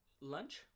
lunch